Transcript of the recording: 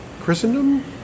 Christendom